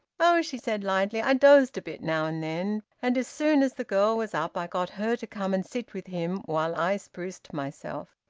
oh, she said lightly, i dozed a bit now and then. and as soon as the girl was up i got her to come and sit with him while i spruced myself.